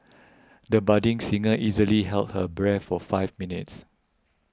the budding singer easily held her breath for five minutes